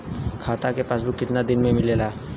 खाता के पासबुक कितना दिन में मिलेला?